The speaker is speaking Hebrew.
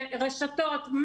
רשתות,